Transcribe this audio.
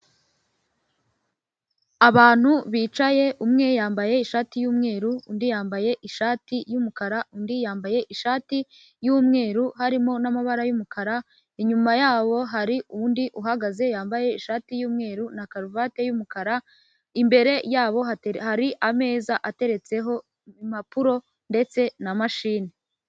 Abantu bicaye umwe yambaye ishati y'umweru undi yambaye ishati yumukara undi yambaye ishati y'umweru harimo n'amabara y'umukara inyuma yabo hari undi uhagaze yambaye ishati yumweru na karuvati y'umukara imbere yabo hari ameza ateretseho impapuro ndetse na mashini.